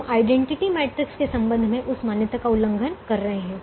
हम identity matrix के संबंध में उस मान्यता का उल्लंघन कर रहे हैं